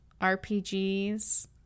RPGs